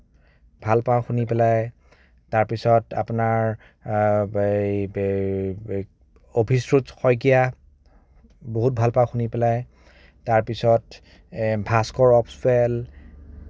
ভাল পাওঁ শুনি পেলাই তাৰ পিছত আপোনাৰ এই অভিশ্ৰুত শইকীয়া বহুত ভাল পাওঁ শুনি পেলাই তাৰপিছত ভাস্কৰ অপচুৱেল